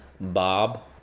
Bob